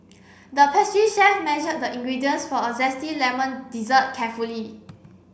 the pastry chef measured the ingredients for a zesty lemon dessert carefully